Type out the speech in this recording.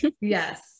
Yes